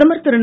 பிரதமர் திரு